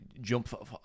jump